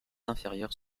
inférieures